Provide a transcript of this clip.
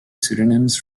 pseudonyms